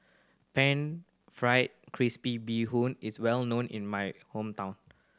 Pan Fried Crispy Bee Hoon is well known in my hometown